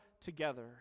together